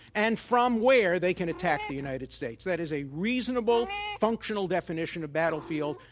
and from where they can attack the united states. that is a reasonable, functional definition of battlefield,